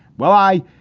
well, i.